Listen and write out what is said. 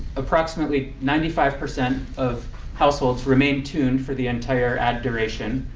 approximately ninety five percent of households remain tuned for the entire ad duration.